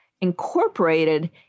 incorporated